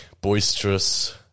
boisterous